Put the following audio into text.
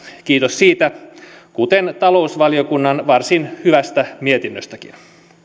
kiitos siitä kuten talousvaliokunnan varsin hyvästä mietinnöstäkin